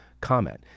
comment